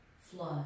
flood